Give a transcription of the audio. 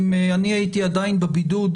אם הייתי עדיין בבידוד,